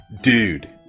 dude